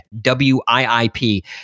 W-I-I-P